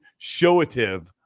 showative